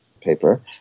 paper